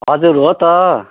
हजुर हो त